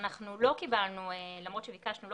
למרות שביקשנו,